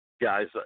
guys